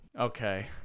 okay